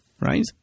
right